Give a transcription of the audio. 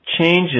changes